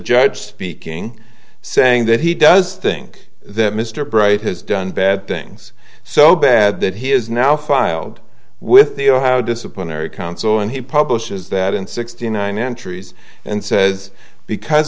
judge speaking saying that he does think that mr bright has done bad things so bad that he has now filed with the oh how disciplinary counsel and he publishes that and sixty nine entries and says because